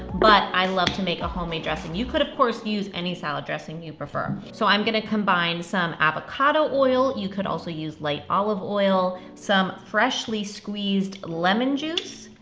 but i love to make a homemade dressing. you could, of course, use any salad dressing you prefer. so i'm gonna combine some avocado oil, you could also use light olive oil, some freshly squeezed lemon juice,